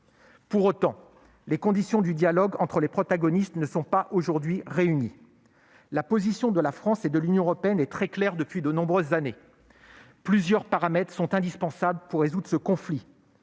Pour autant, les conditions du dialogue entre les protagonistes ne sont aujourd'hui pas réunies. La position de la France et de l'Union européenne est très claire depuis de nombreuses années. Plusieurs paramètres sont indispensables pour résoudre ce conflit,